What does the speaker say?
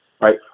right